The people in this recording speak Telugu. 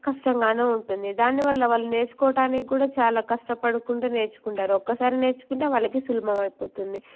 కష్టంగానే ఉంటుంది దాన్ని వాళ్ళ వాళ్ళు నేర్చుకోవటానికి కూడా చాలా కష్టపడుకుంటూ నేర్చుకుంటారు ఒక్కసారి నేర్చుకుంటే వాళ్ళకి సులభం అయిపోతుంది